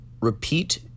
repeat